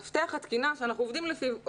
מפתח התקינה שאנחנו עובדים לפיו,